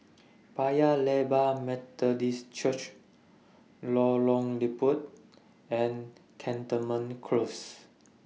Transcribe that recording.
Paya Lebar Methodist Church Lorong Liput and Cantonment Close